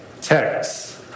Text